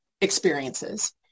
experiences